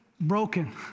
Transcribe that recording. broken